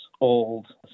old